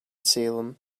salem